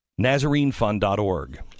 Nazarenefund.org